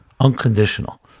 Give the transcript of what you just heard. unconditional